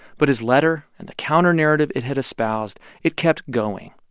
but his letter and the counternarrative it had espoused, it kept going.